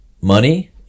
money